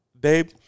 babe